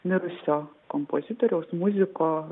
mirusio kompozitoriaus muziko